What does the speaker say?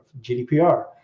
gdpr